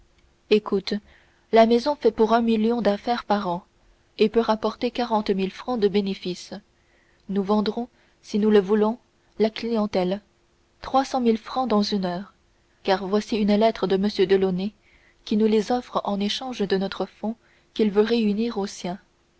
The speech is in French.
écoute la maison fait pour un million d'affaires par an et peut rapporter quarante mille francs de bénéfices nous vendrons si nous le voulons la clientèle trois cent mille francs dans une heure car voici une lettre de m delaunay qui nous les offre en échange de notre fonds qu'il veut réunir au sien